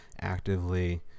actively